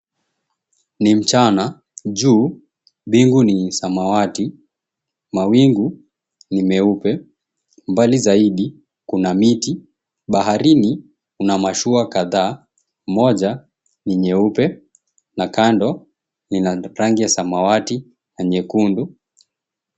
Ni mchana. Juu bingu ni samawati. Mawingu ni meupe. Mbali zaidi kuna miti. Baharini kuna mashua kadhaa. Moja ni nyeupe na kando ina rangi ya samawati na nyekundu.